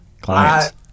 clients